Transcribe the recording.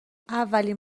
اولین